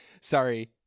sorry